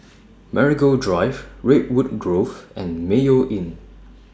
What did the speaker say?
Marigold Drive Redwood Grove and Mayo Inn